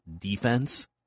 defense